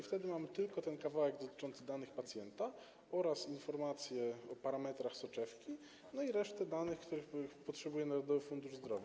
Wtedy mamy tylko ten kawałek dotyczący danych pacjenta oraz informację o parametrach soczewki, no i resztę danych, których potrzebuje Narodowy Fundusz Zdrowia.